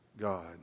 God